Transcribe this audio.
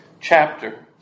chapter